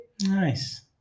Nice